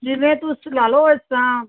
ਜਿਵੇਂ ਤੁਸੀਂ ਲਾ ਲਓ ਇਸ ਤਰ੍ਹਾਂ